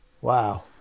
Wow